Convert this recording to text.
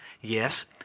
Yes